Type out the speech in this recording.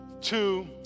two